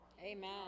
Amen